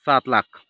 सात लाख